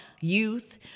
youth